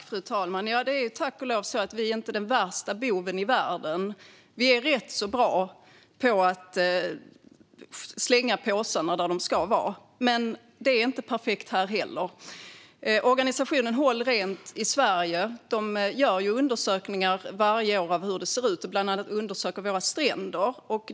Fru talman! Det är tack och lov så att vi inte är de värsta bovarna i världen. Vi är rätt bra på att slänga påsarna där de ska vara. Men det är inte heller perfekt här. Stiftelsen Håll Sverige Rent gör varje år undersökningar av hur det ser ut, och bland annat undersöker de våra stränder.